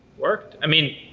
worked. i mean,